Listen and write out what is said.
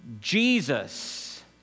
Jesus